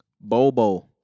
Bobo